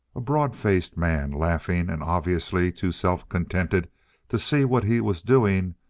a broad-faced man, laughing and obviously too self contented to see what he was doing,